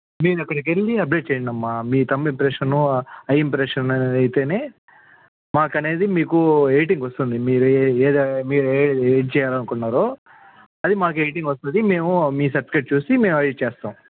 మీరు అక్కడికి వెళ్ళి అప్డేట్ చేయండి అమ్మా మీ థంబ్ ఇంప్రెషను ఐ ఇంప్రెషను అయితే మాకు అనేది మీకు ఎడిటింగ్ వస్తుంది మీరు ఏ ఏమి చేయాలి అనుకున్నారో అది మాకు ఎడిటింగ్ వస్తుంది మేము మీ సర్టిఫికేట్ చూసి మేము ఎడిట్ చేస్తాం